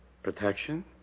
Protection